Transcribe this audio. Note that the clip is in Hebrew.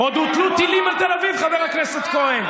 עוד הוטלו טילים על תל אביב, חבר הכנסת כהן.